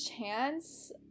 Chance